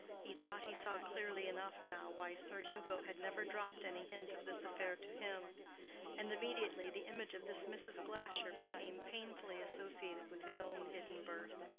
he thought he saw clearly enough now why sir hugo had never dropped any hint of this affair to him and immediately the image of this mrs. glasher became painfully associated with his own hidden birth.